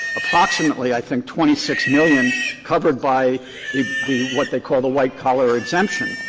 approximately, i think, twenty six million covered by the the what they call the white collar exemption.